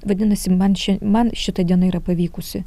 vadinasi man ši man šita diena yra pavykusi